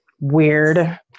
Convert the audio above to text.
weird